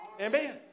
Amen